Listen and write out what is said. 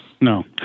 No